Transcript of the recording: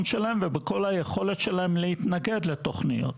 שלהם ובכל היכולת שלהם להתנגד לתוכניות.